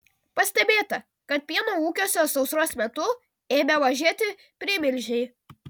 pastebėta kad pieno ūkiuose sausros metu ėmė mažėti primilžiai